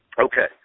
Okay